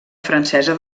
francesa